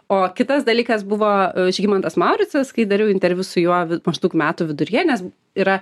o kitas dalykas buvo žygimantas mauricas kai dariau interviu su juo maždaug metų viduryje nes yra